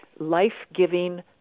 life-giving